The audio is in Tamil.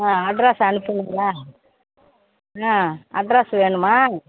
ஆ அட்ரஸ் அனுப்பிவிட்றேன் ஆ அட்ரஸ்ஸு வேணுமா